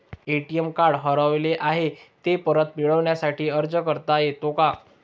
ATM card हरवले आहे, ते परत मिळण्यासाठी अर्ज करता येतो का?